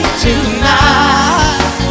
tonight